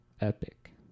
epic